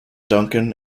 duncan